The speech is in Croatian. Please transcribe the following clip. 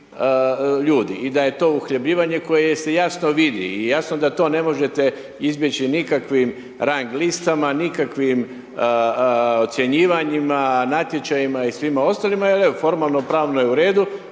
i da je to uhljebljivanje koje se jasno vidi i jasno da to ne možete izbjeći nikakvim rang listama, nikakvim ocjenjivanjima, natječajima i svima ostalima jer evo formalno-pravno je u redu